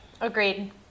Agreed